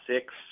six